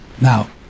Now